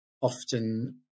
often